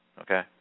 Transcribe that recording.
Okay